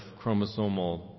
chromosomal